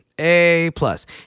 A-plus